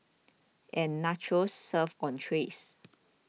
and nachos served on trays